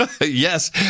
Yes